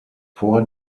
vor